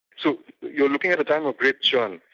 so you're looking at a time of great churn.